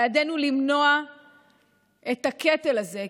בידינו למנוע את הקטל הזה,